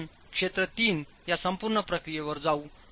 तर आपण क्षेत्र 3 या संपूर्ण प्रक्रियेवर जाऊ